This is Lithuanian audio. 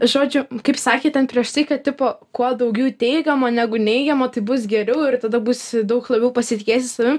žodžiu kaip sakė ten prieš tai kad tipo kuo daugiau teigiamo negu neigiamo tai bus geriau ir tada bus daug labiau pasitikėsi savim